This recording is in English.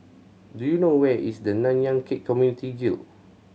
do you know where is the Nanyang Khek Community Guild